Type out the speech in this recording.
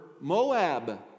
Moab